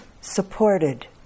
supported